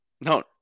No